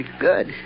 Good